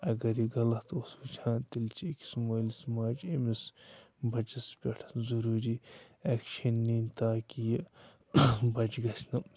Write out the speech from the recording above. اَگر یہِ غلط اوس وٕچھان تیٚلہِ چھِ أکِس مٲلِس ماجہِ أمِس بَچَس پٮ۪ٹھ ضٔروٗری اٮ۪کَش نِنۍ تاکہِ یہِ بَچہٕ گژھِ نہٕ